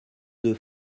deux